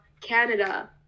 Canada